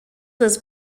was